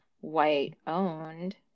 white-owned